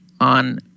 on